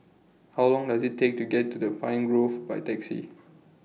How Long Does IT Take to get to Pine Grove By Taxi